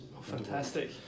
fantastic